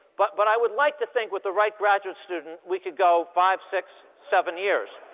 but but i would like to think with the right graduate student, we could go five, six, seven years.